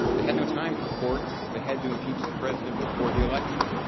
they had no time for court. they had to impeach the president before the election.